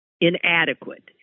inadequate